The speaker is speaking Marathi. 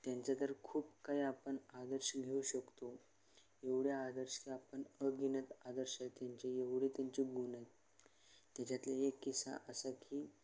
त्यांच्या तर खूप काही आपण आदर्श घेऊ शकतो एवढ्या आदर्श आपण अगीनत आदर्श आहेत त्यांचे एवढे त्यांचे गुण आहेत त्याच्यातले एक किस्सा असा की